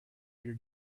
your